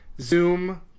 Zoom